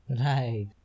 Right